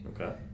Okay